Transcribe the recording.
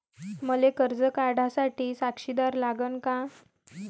मले कर्ज काढा साठी साक्षीदार लागन का?